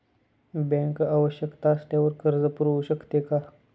Bank आवश्यकता असल्यावर कर्ज पुरवू शकते का?